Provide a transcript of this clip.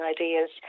ideas